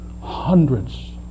hundreds